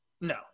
no